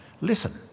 Listen